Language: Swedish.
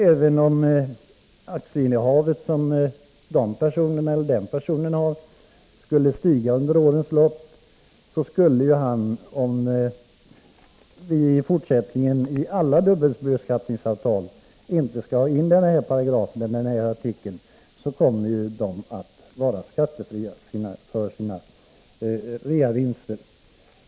Även om aktieinnehavet som denna person har skulle stiga i värde under årens lopp, skulle hans reavinster komma att vara skattefria om vi i fortsättningen inte i något dubbelbeskattningsavtal tog in denna artikel.